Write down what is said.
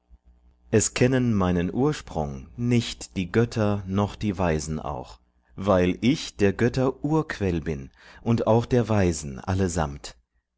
es kennen meinen ursprung nicht die götter noch die weisen auch weil ich der götter urquell bin und auch der weisen allesamt